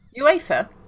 UEFA